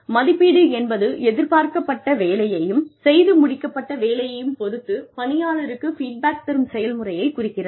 மதிப்பீடு என்பது எதிர்பார்க்கப்பட்ட வேலையையும் செய்து முடிக்கப்பட்ட வேலையையும் பொறுத்து பணியாளருக்கு ஃபீட்பேக் தரும் செயல்முறையைக் குறிக்கிறது